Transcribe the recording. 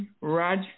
Raj